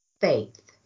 faith